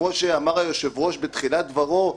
כמו שאמר היושב ראש בתחילת דבריו,